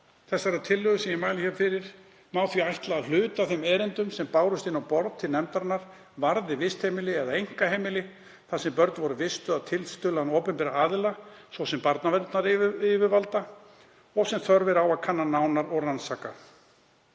tillögunnar sem ég mæli hér fyrir má því ætla að hluti af þeim erindum sem bárust inn á borð til nefndarinnar varði vistheimili eða einkaheimili þar sem börn voru vistuð að tilstuðlan opinberra aðila, svo sem barnaverndaryfirvalda, og sem þörf er á að kanna nánar og rannsaka.